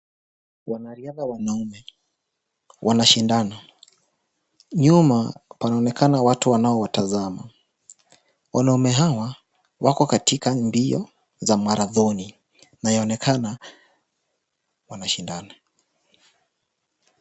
Wanariadha wanaume wanashindana. Nyuma panaonekana watu wanao wanawatazama. Wanaume hawa wako katika mbio za marathoni na yanaonekana wanashindana.